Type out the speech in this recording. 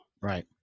Right